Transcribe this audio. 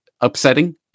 upsetting